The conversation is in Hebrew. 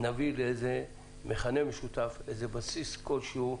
מכנה משותף, בסיס כלשהו.